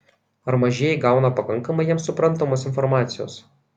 ar mažieji gauna pakankamai jiems suprantamos informacijos